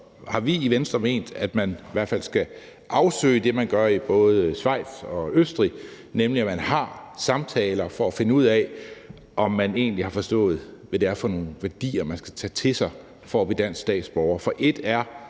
vi i Venstre ment, at man i hvert fald skal afsøge det, man gør, i både Schweiz og Østrig, nemlig at man har samtaler for at finde ud af, om ansøgeren egentlig har forstået, hvad det er for nogle værdier, man skal tage til sig for at blive dansk statsborger.